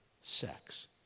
sex